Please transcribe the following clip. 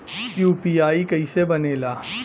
UPI कईसे बनेला?